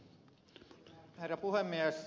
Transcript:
herra puhemies